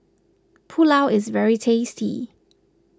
Pulao is very tasty